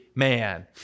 Man